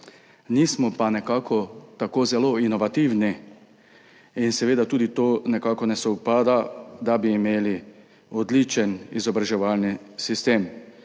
nismo pa nekako tako zelo inovativni, in seveda tudi to nekako ne sovpada, da bi imeli odličen izobraževalni sistem.